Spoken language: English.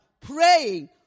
Praying